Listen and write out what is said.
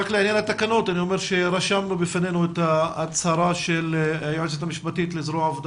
ולעניין התקנות רשמנו לפנינו את ההצרה של היועצת המשפטית לזרוע העבודה